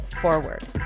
forward